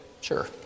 Sure